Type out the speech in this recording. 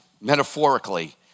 metaphorically